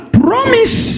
promise